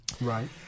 Right